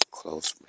close